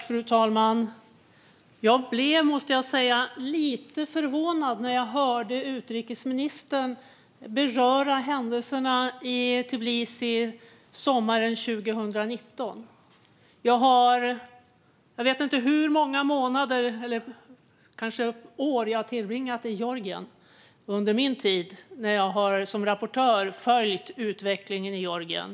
Fru talman! Jag måste säga att jag blev lite förvånad när jag hörde utrikesministern beröra händelserna i Tbilisi sommaren 2019. Jag vet inte hur många månader, eller kanske år, jag har tillbringat i Georgien under den tid jag som rapportör har följt utvecklingen i Georgien.